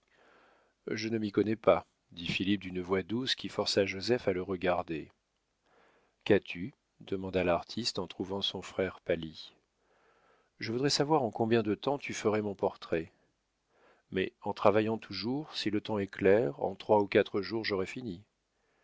je ne m'y connais pas dit philippe d'une voix douce qui força joseph à le regarder qu'as-tu demanda l'artiste en trouvant son frère pâli je voudrais savoir en combien de temps tu ferais mon portrait mais en travaillant toujours si le temps est clair en trois ou quatre jours j'aurai fini